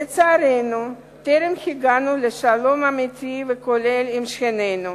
לצערנו, טרם הגענו לשלום אמיתי וכולל עם שכנינו.